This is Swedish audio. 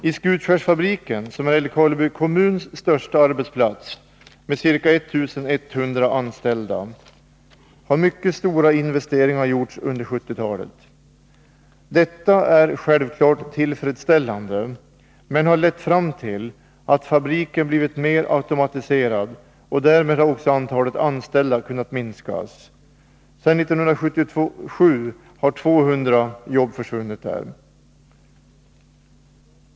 I Skutskärsfabriken, som är Älvkarleby kommuns största arbetsplats med 1100 anställda, har mycket stora investeringar gjorts under 1970-talet. Detta är självfallet tillfredsställande, men har lett fram till att fabriken blivit mer automatiserad. Därmed har också antalet anställda kunnat minskas. Sedan 1977 har 200 jobb försvunnit där.